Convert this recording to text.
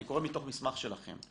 אני קורא מתוך מסמך שלכם,